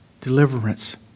deliverance